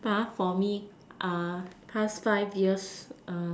for me past five years